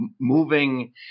moving